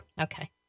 Okay